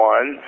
One